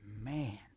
Man